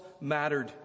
mattered